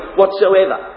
whatsoever